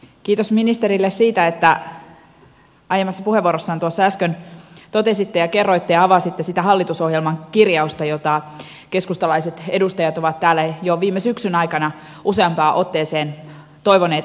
kiitos ministerille siitä että aiemmassa puheenvuorossanne tuossa äsken totesitte ja kerroitte ja avasitte sitä hallitusohjelman kirjausta jota keskustalaiset edustajat ovat täällä jo viime syksyn aikana useampaan otteeseen toivoneet avattavaksi